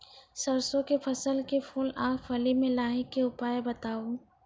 सरसों के फसल के फूल आ फली मे लाहीक के उपाय बताऊ?